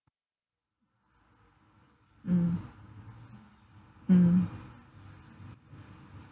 mm mm